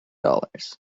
dollars